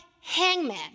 hangman